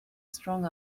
strong